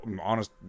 honest